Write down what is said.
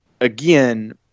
again